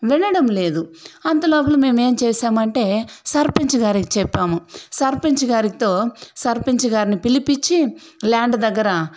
వినడం లేదు అంతలోపల మేము ఏం చేశామంటే సర్పంచ్ గారికి చెప్పాము సర్పంచ్ గారితో సర్పంచి గారిని పిలిపించి ల్యాండ్ దగ్గర